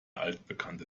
altbekannte